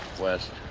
west.